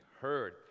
heard